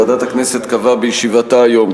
ועדת כנסת קבעה בישיבתה היום,